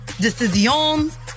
Decisions